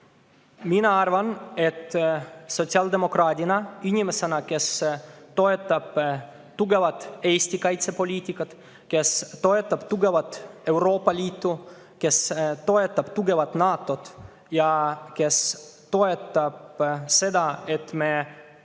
Mina arvan, et sotsiaaldemokraadina, inimesena, kes toetab tugevat Eesti kaitsepoliitikat, kes toetab tugevat Euroopa Liitu, kes toetab tugevat NATO-t ja kes toetab seda, et me